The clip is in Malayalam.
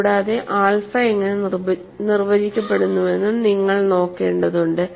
കൂടാതെ ആൽഫ എങ്ങനെ നിർവചിക്കപ്പെടുന്നുവെന്നും നിങ്ങൾ നോക്കേണ്ടതുണ്ട്